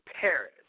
Paris